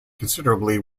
considerably